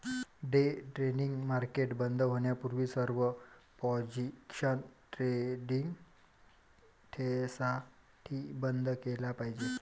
day trading market बंद होण्यापूर्वी सर्व पोझिशन्स ट्रेडिंग डेसाठी बंद केल्या पाहिजेत